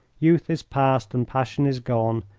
youth is past and passion is gone,